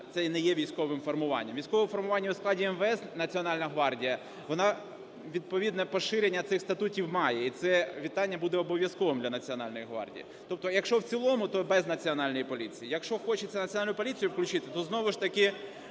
це не є військовим формуванням. Військове формування в складі МВС Національна гвардія, відповідне поширення цих статутів має, і це вітання буде обов'язковим для Національної гвардії. Тобто, якщо в цілому, то без Національної поліції, якщо хочеться Національну поліцію включити, то знову ж таки